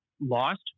lost